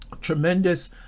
tremendous